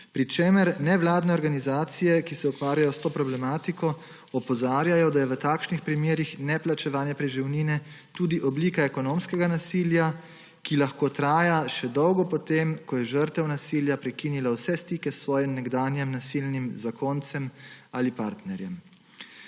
pri čemer nevladne organizacije, ki se ukvarjajo s to problematiko, opozarjajo, da je v takšnih primerih neplačevanje preživnine tudi oblika ekonomskega nasilja, ki lahko traja še dolgo po tem, ko je žrtev nasilja prekinila vse stike s svojim nekdanjim nasilnim zakoncem ali partnerjem.